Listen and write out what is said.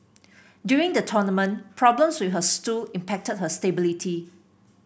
during the tournament problems with her stool impacted her stability